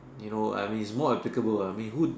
you know I mean it's more applicable I mean who